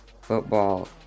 Football